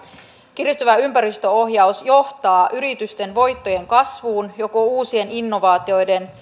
kiristyvä ympäristöohjaus johtaa yritysten voittojen kasvuun uusien innovaatioiden